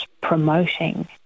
promoting